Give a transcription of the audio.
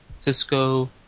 Cisco